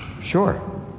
Sure